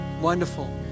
wonderful